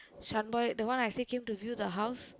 Shaan boy the one I say came to view the house